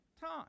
time